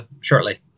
shortly